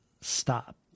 stop